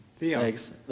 Thanks